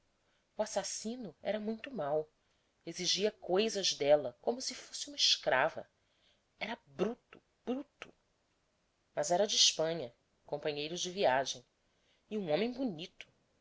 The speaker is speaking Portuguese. o assassino era muito mau exigia coisas dela como se fosse uma escrava era bruto bruto mas era de espanha companheiros de viagem e um homem bonito